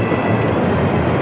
or